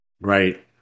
Right